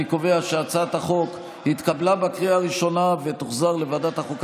אני קובע שהצעת החוק התקבלה בקריאה הראשונה ותוחזר לוועדת החוקה,